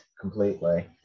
completely